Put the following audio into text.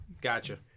Gotcha